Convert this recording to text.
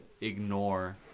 ignore